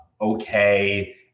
okay